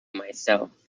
myself